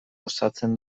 osatzen